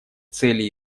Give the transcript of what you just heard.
цели